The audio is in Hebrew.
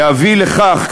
להביא לכך,